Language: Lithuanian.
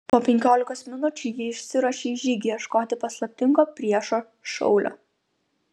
po penkiolikos minučių ji išsiruošė į žygį ieškoti paslaptingo priešo šaulio